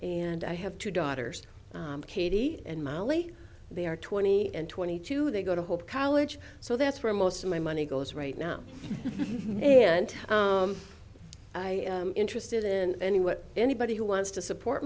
and i have two daughters katie and molly they are twenty and twenty two they go to hold college so that's where most of my money goes right now and i interested in any what anybody who wants to support